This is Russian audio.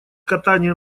катание